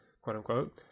quote-unquote